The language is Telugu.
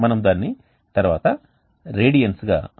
మనము దానిని తర్వాత రేడియన్స్ గా మారుస్తాము